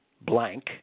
blank